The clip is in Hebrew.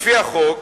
לפי החוק,